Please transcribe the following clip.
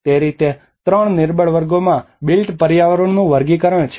તે રીતે 3 નિર્બળ વર્ગોમાં બિલ્ટ પર્યાવરણનું વર્ગીકરણ છે